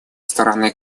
стороны